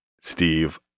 Steve